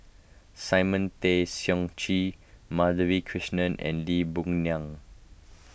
Simon Tay Seong Chee Madhavi Krishnan and Lee Boon Ngan